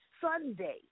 Sunday